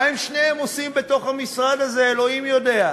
מה שניהם עושים בתוך המשרד הזה, אלוהים יודע.